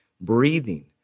breathing